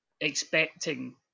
expecting